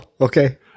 okay